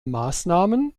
maßnahmen